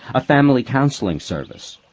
a family counselling service.